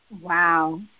Wow